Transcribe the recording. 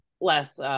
less